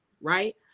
Right